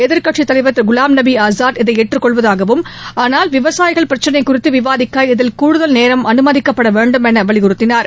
எதிர்க்கட்சித் தலைவர் திரு குலாம் நபி ஆசாத் இதை ஏற்றுக்கொள்வதாகவும் ஆனால் விவசாயிகள் பிரச்னை குறித்து விவாதிக்க இதில் கூடுதல் நேரம் அனுமதிக்கப்பட வேண்டும் என வலியுறுத்தினார்